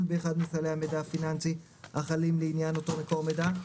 באחד מסלי המידע הפיננסי החלים לעניין אותו מקור מידע,